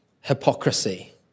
hypocrisy